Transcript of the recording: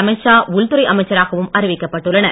அமீத்ஷா உள்துறை அமைச்சராகவும் அறிவிக்கப்பட்டுள்ளனர்